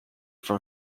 from